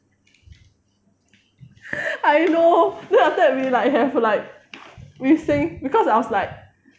I know then after that we like have like we sing because I was like